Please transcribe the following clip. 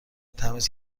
تمیز